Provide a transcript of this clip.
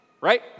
right